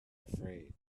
afraid